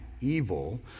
evil